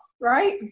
right